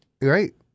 Right